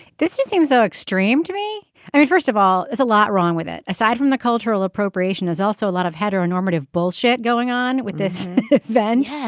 this just seems so extreme to me i mean first of all it's a lot wrong with it. aside from the cultural appropriation is also a lot of hetero normative bullshit going on with this event.